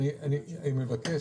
אני מבקש,